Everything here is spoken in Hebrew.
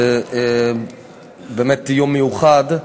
זה באמת יום מיוחד.